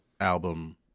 album